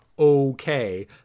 okay